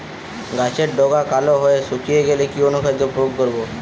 গাছের ডগা কালো হয়ে শুকিয়ে গেলে কি অনুখাদ্য প্রয়োগ করব?